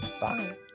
Bye